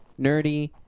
nerdy